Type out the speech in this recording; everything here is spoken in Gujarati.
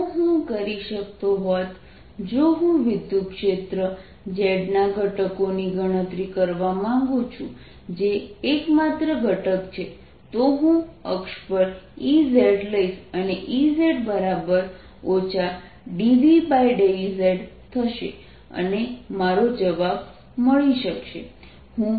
જો હું કરી શકતો હોત જો હું વિદ્યુતક્ષેત્ર z ના ઘટકોની ગણતરી કરવા માંગું જે એકમાત્ર ઘટક છે તો હું અક્ષ પર Ez લઈશ અને Ez dvdz થશે અને મારો જવાબ મળી શકશે